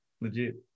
Legit